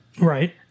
Right